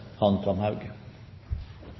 hans